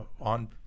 On